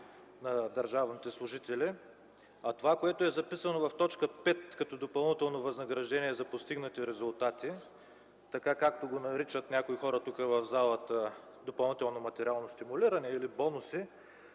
на държавните служители. Това, което е записано в т. 5 като допълнително възнаграждение за постигнати резултати, така както го наричат някои хора в залата – допълнително материално стимулиране, или бонуси,